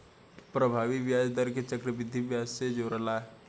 प्रभावी ब्याज दर के चक्रविधि ब्याज से जोराला